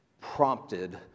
prompted